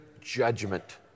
judgment